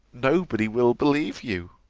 nobody will believe you.